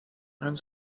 and